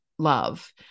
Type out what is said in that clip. love